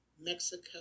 Mexico